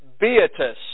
beatus